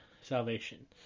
Salvation